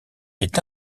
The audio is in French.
est